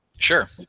Sure